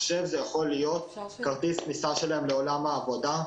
כרטיס כניסה לעולם העבודה.